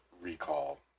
recall